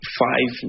five